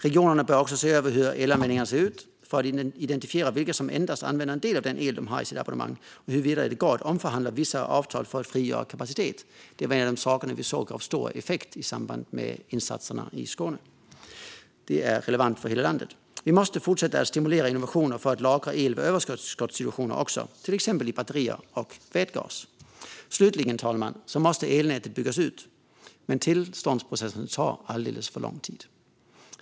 Regionerna bör se över hur elanvändningen ser ut för att identifiera vilka som endast använder en del av den el de har i sitt abonnemang och huruvida det går att omförhandla vissa avtal för att frigöra kapacitet. Det var en av de saker vi såg gav stor effekt i samband med insatserna i Skåne. Det är relevant för hela landet. Vi måste fortsätta att stimulera innovationer för att lagra el vid överskottssituationer, till exempel i batterier och vätgas. Slutligen, fru talman: Elnätet måste byggas ut, men tillståndsprocesserna tar alldeles för lång tid.